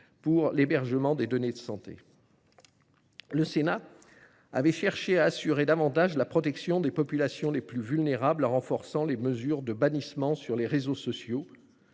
pour l’hébergement des données de santé. Le Sénat avait cherché à assurer davantage la protection des populations les plus vulnérables en renforçant les mesures de bannissement sur les réseaux sociaux.